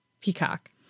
Peacock